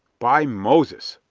by moses!